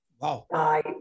Wow